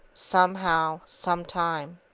somehow, sometime.